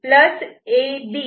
C A